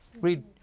Read